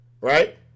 right